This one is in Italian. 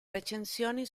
recensioni